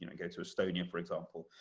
you know go to estonia, for example.